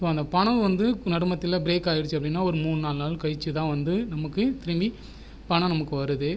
so அந்த பணம் வந்து நடுமத்தியில் ப்ரேக் ஆகிடுச்சு அப்படினா ஒரு மூணு நாலு நாள் கழிச்சிதான் வந்து நமக்கு திரும்பி பணம் நமக்கு வருது